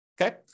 Okay